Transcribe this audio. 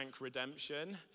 Redemption